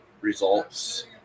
results